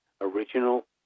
original